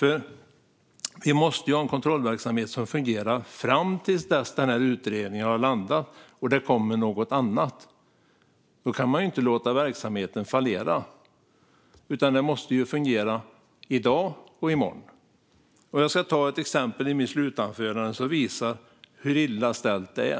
Det måste finnas en kontrollverksamhet som fungerar fram till dess att utredningen har landat och det kommer något annat. Då kan man inte låta verksamheten fallera, utan den måste fungera i dag och i morgon. Jag ska ge ett exempel i mitt slutanförande som visar hur illa ställt det är.